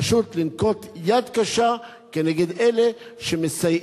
פשוט לנקוט יד קשה כנגד אלה שמסייעים,